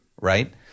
Right